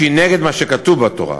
שהיא נגד מה שכתוב בתורה.